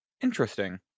Interesting